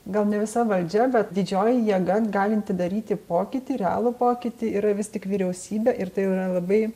gal ne visa valdžia bet didžioji jėga galinti daryti pokytį realų pokytį ir vis tik vyriausybė ir tai jau yra labai